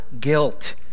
guilt